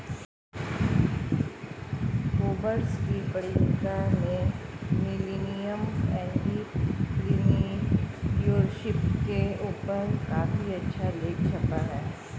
Forbes की पत्रिका में मिलेनियल एंटेरप्रेन्योरशिप के ऊपर काफी अच्छा लेख छपा है